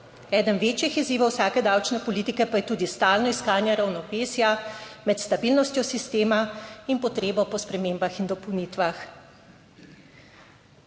Eden večjih izzivov vsake davčne politike pa je tudi stalno iskanje ravnovesja med stabilnostjo sistema in potrebo po spremembah in dopolnitvah.